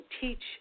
teach